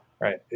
right